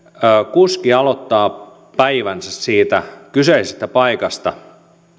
kuski aloittaa päivänsä siitä kyseisestä paikasta ja